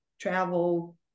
travel